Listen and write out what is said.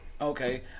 Okay